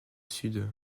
sud